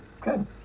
good